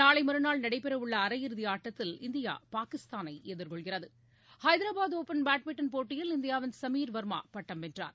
நாளை மறுநாள் நடைபெறவுள்ள அரையிறுதி ஆட்டத்தில் இந்தியா பாகிஸ்தானை எதிர்கொள்கிறது ஐதராபாத் ஒப்பன் பேட்மிண்டன் போட்டியில் இந்தியாவின் சமீர் வர்மா பட்டம் வென்றார்